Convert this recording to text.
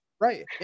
Right